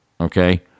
okay